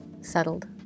settled